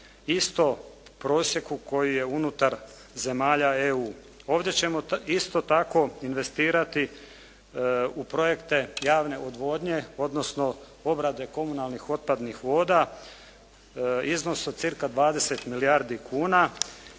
isto prosjeku koji je unutar zemalja EU. Ovdje ćemo isto tako investirati u projekte javne odvodnje odnosno obrade komunalnih otpadnih voda iznos od cirka 20 milijardi kuna